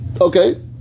Okay